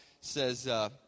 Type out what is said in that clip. says